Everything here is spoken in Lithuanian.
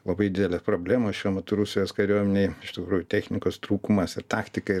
labai didelė problema šiuo metu rusijos kariuomenėj iš tikrųjų technikos trūkumas ir taktika